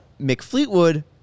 McFleetwood